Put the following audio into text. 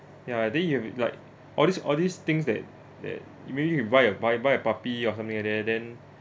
yeah then you have like all these all these things that that you maybe you can buy buy buy a puppy or something like that then